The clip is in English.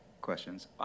questions